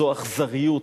זו אכזריות.